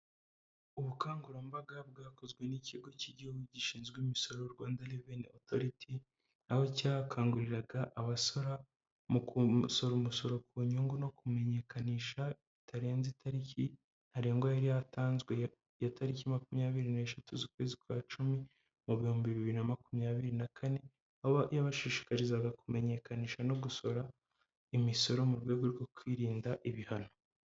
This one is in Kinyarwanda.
Ubukangurambaga bwakozwe n'ikigo cy'igihugu gishinzwe imisoro Rwanda reveni otoriti, aho cyakanguriraga abasora mu kusora umusoro ku nyungu no kumenyekanisha bitarenze itariki ntarengwa yari yatanzwe, ya tariki makumyabiri n'eshatu z'ukwezi kwa cumi mu bihumbi bibiri na makumyabiri na kane, aho yabashishikarizaga kumenyekanisha no gusora imisoro mu rwego rwo kwirinda ibihano.